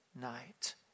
night